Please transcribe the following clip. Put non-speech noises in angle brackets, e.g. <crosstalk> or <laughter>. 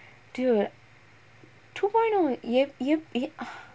dude two point O <breath>